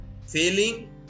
failing